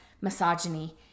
misogyny